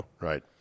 Right